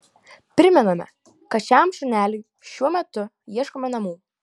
primename kad šiam šuneliui šiuo metu ieškome namų